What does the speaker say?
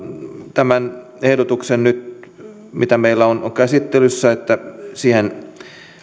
tämän ehdotuksen mikä meillä on käsittelyssä niin että siihen